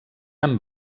amb